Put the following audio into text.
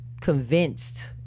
convinced